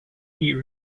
eat